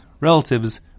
relatives